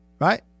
Right